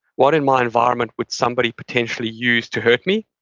what and my environment would somebody potentially use to hurt me,